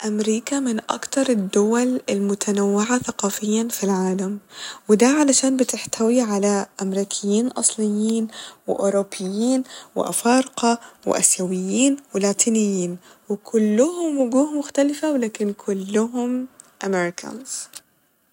أمريكا من أكتر الدول المتنوعة ثقافيا ف العالم وده علشان بتحتوي على أمريكين أصليين و أوروبين وأفارقة وأسيويين و لاتنيين وكلهم وجوه مختلفة و لكن كلهم أمريكانز